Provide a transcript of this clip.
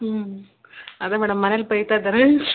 ಹ್ಞೂ ಅದೇ ಮೇಡಮ್ ಮನೇಲಿ ಬೈತಾ ಇದ್ದಾರೆ